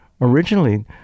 originally